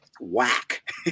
whack